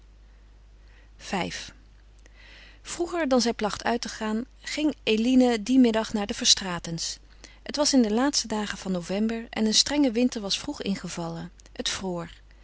v vroeger dan zij placht uit te gaan ging eline dien middag naar de verstraetens het was in de laatste dagen van november en een strenge winter was vroeg ingevallen het vroor